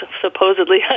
supposedly